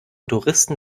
touristen